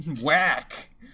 Whack